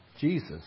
Jesus